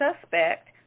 suspect